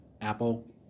Apple